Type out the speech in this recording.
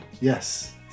yes